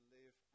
live